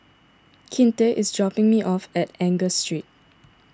Kinte is dropping me off at Angus Street